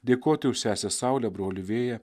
dėkoti už sesę saulę brolį vėją